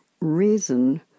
reason